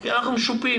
כי אנחנו משופים.